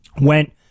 went